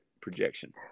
projection